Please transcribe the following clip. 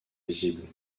visibles